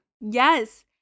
Yes